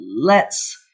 lets